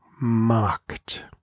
mocked